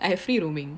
I have free roaming